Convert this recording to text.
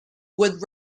would